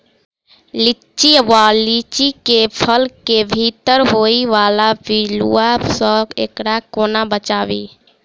लिच्ची वा लीची केँ फल केँ भीतर होइ वला पिलुआ सऽ एकरा कोना बचाबी?